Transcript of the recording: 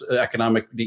economic